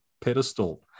pedestal